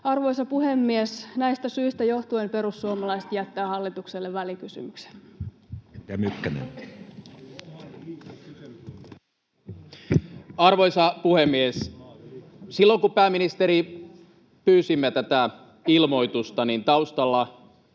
Arvoisa puhemies! Näistä syistä johtuen perussuomalaiset jättävät hallitukselle välikysymyksen. [Vasemmalta: Ohhoh!] Edustaja Mykkänen. Arvoisa puhemies! Silloin kun, pääministeri, pyysimme tätä ilmoitusta, niin taustalla